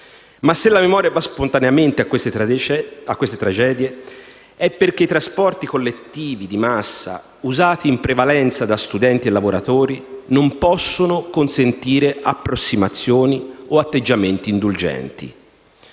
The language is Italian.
Ma se la memoria va spontaneamente a queste tragedie è perché i trasporti collettivi di massa, usati in prevalenza da studenti e lavoratori, non possono consentire approssimazioni o atteggiamenti indulgenti.